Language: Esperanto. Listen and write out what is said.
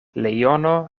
leono